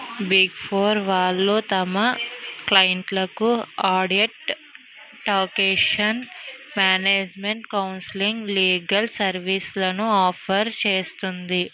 big four వాళ్ళు తమ క్లయింట్లకు audit, taxation, management consulting, legal సర్వీస్లను ఆఫర్ చేస్తుంది